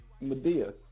Medea